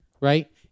right